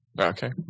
Okay